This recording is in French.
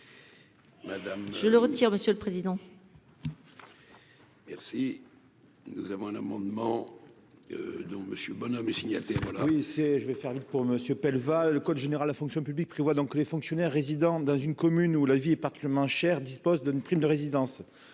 Je le retire, monsieur le président. Merci. Nous avons un amendement de monsieur bonhomme est signataire. Oui, c'est je vais faire vite pour monsieur PELE va le code général la fonction publique prévoit donc que les fonctionnaires résidant dans une commune où la vie est particulièrement cher, dispose d'une prime de résidence